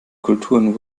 kulturen